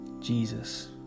Jesus